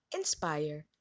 inspire